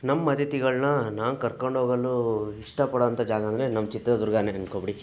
ನಮ್ಮ ಅತಿಥಿಗಳನ್ನ ನಾನು ಕರ್ಕೊಂಡೋಗಲು ಇಷ್ಟಪಡೊಂಥ ಜಾಗ ಅಂದರೆ ನಮ್ಮ ಚಿತ್ರದುರ್ಗವೇ ಅಂದ್ಕೊಂಬಿಡಿ